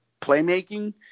playmaking